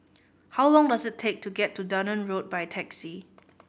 how long does it take to get to Dunearn Road by taxi